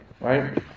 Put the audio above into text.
Right